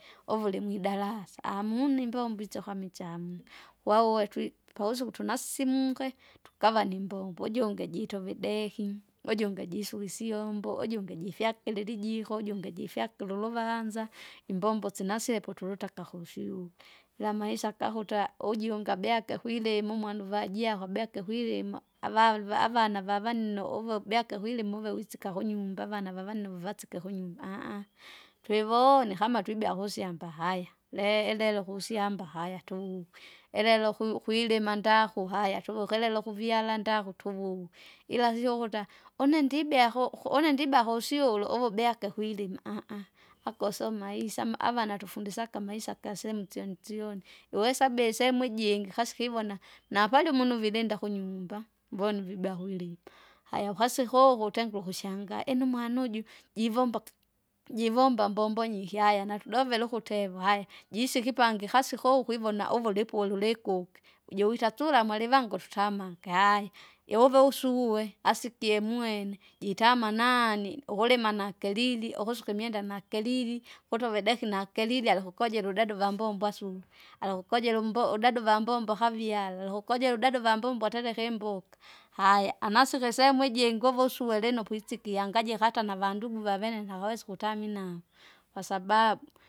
Uvuli mwidalasa amuni imbombo itsyo kimicha hamuna, wawe twi- pousiku tunasisimuke, tukava nimbombo ujungi jitove ideki, ujungi jisuva isyombo, ujungi jifyakilila ijiko, ujungi jifyakire uluvanza, imbombo sinasipo tulutaka kusyuke. Ila amaisa kahuta- ujunge abyake kwilima umwana uvajaho beka ikwilima avai- avana vavanino uve ubyake kwilima uve kuisika kunyumba avana vavanino vavasike kunyumba ahaaha. Twivone kama twibia kusyamba haya le- ilelo kusyamba haya tuvukwe, elelo ku- kuilima bdaku haya tuvuke lelo kuvyala nduku tuvuke. Ila sio kuta, une ndibea ku- ku- unebea kusyulu uvubiake kwelima ahaaha, ako sio maisa ama- avana tufundisake imaisa kasehemu syonisyono, iwesabi isehemu ijingi kasikivona, napalimo nuvilinda kunymba, voni vibea kuilima. Haya ukasikoku utengule ukushangaa inu umwana uju, jivomba ki- jivomba mbombo nyihi haya natudovele ukutevele ukuteva haya, jise ikipangai kasikoku ukwivona uvulipuli ulukuki, ujuwita tsura mulivangusu tutamake haya! iuve usuguwe hasa ikiemwene, jitama naani, ukulima nakilili ukusuka imwenda nakilili kutu uvideki nakilili alikukojera udada uvambombo asume. Alikukojera umbo- udada uvambombo kaviala, lukojera udada uvambombo atereka imbuka, haya anasike isehemu ijingi uvusuwe lino puisikia ngajikata navandugu vavene nakawesa ukutamina, kwasababu.